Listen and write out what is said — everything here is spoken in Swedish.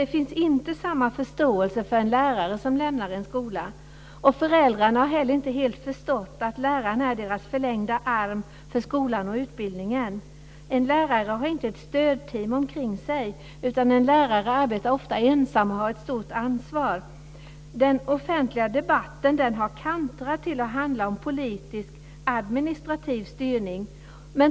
Det finns inte samma förståelse för en lärare som lämnar en skola. Föräldrarna har inte heller helt förstått att lärarna är deras förlängda arm för skolan och utbildningen. En lärare har inte ett stödteam omkring sig. En lärare arbetar ofta ensam och har ett stort ansvar. Den offentliga debatten har kantrat till att handla om politisk-administrativ styrning.